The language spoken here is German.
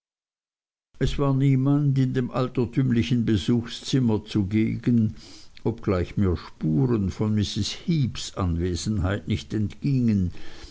es war niemand in dem altertümlichen besuchzimmer zugegen obgleich mir spuren von mrs heeps anwesenheit nicht entgingen